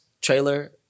trailer